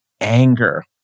anger